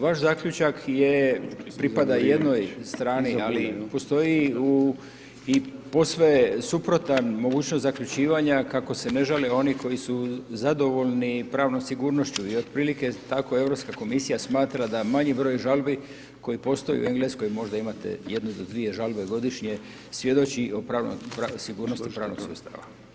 Vaš zaključak je, pripada jednoj strani, ali postoji u, i posve suprotan mogućnost zaključivanja kako se ne žale oni koji su zadovoljni pravnom sigurnošću i otprilike tako Europska komisija smatra da manji broj žalbi koje postoje u Engleskoj, možda imate jednu do dvije žalbe godišnje, svjedoči o pravnoj, sigurnosti pravnog sustava.